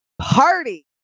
party